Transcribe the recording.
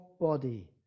body